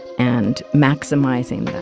and maximizing